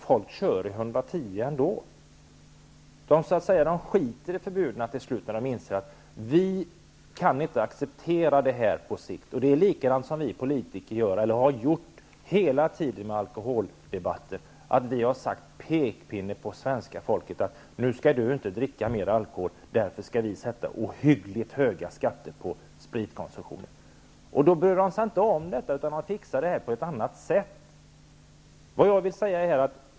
Folk kör ändå i 110 kilometer i timmen. De så att säga skiter till slut i förbuden när de inser att de på sikt inte kan acceptera dessa begränsningar. Vi politiker har hela tiden gjort likadant när det gäller alkoholdebatten. Svenska folket har utsatts för pekpinnar om att de inte skall dricka mer alkohol, och därför skall ohyggligt höga skatter läggas på spritkonsumtionen. De bryr sig inte om detta utan fixar alkoholen på annat sätt.